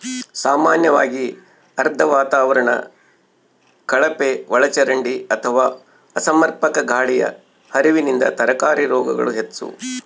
ಸಾಮಾನ್ಯವಾಗಿ ಆರ್ದ್ರ ವಾತಾವರಣ ಕಳಪೆಒಳಚರಂಡಿ ಅಥವಾ ಅಸಮರ್ಪಕ ಗಾಳಿಯ ಹರಿವಿನಿಂದ ತರಕಾರಿ ರೋಗಗಳು ಹೆಚ್ಚು